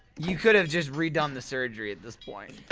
you could've just redone the surgery at this point